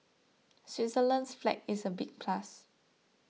Switzerland's flag is a big plus